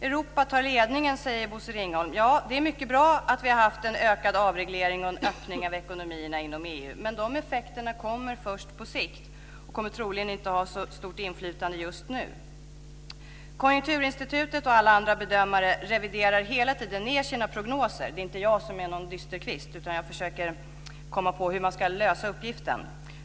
Europa tar ledningen, säger Bosse Ringholm. Ja, det är mycket bra att vi har haft en ökad avreglering och en öppning av ekonomierna inom EU. Men de effekterna kommer först på sikt. De kommer troligen inte att ha så stort inflytande just nu. Konjunkturinstitutet och alla andra bedömare reviderar hela tiden ned sina prognoser. Det är inte jag som är någon dysterkvist utan jag försöker komma på hur man ska lösa uppgiften.